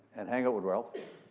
and hang out with ralph,